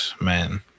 man